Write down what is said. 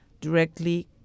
directly